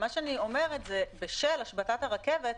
מה שאני אומרת זה שבשל השבתת הרכבת,